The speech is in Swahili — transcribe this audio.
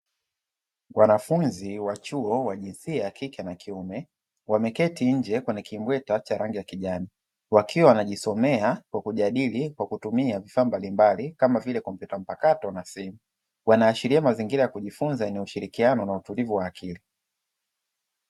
Wanafunzi wa chuo wa jinsia ya kike na kiume wameketi nje kwenye kimbweta cha rangi ya kijani, wakiwa wanajisomea kwa kujadili kwa kutumia vifaa mbalimbali kama vile kompyuta mpakato na simu; wanaashiria mazingira ya kujifunza yenye ushirikiano na utulivu wa akili.